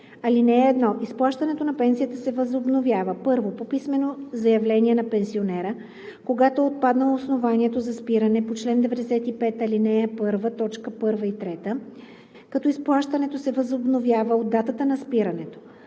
„(1) Изплащането на пенсията се възобновява: 1. по писмено заявление на пенсионера, когато е отпаднало основанието за спиране по чл. 95, ал. 1, т. 1 и 3, като изплащането се възобновява от датата на спирането,